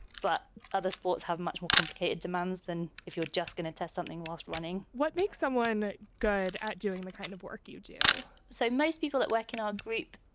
but other sports have a much more complicated demands than if you're just going to test something whilst running what makes someone good at doing the kind of work you do? so most people that work in our group,